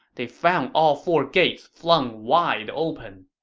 they found all four gates flung wide open.